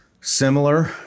similar